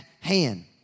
hand